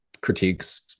critiques